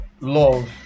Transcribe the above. love